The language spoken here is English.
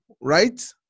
Right